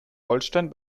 holstein